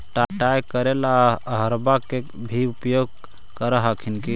पटाय करे ला अहर्बा के भी उपयोग कर हखिन की?